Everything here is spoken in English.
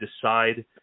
decide